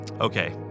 Okay